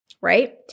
right